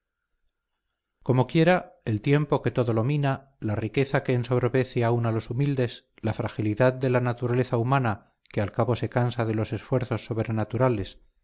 como quiera el tiempo que todo lo mina la riqueza que ensoberbece aun a los humildes la fragilidad de la naturaleza humana que al cabo se cansa de los esfuerzos sobrenaturales